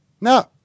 No